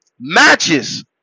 matches